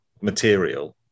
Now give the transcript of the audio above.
material